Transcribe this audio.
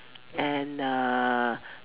and uh